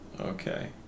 Okay